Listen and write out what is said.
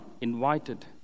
invited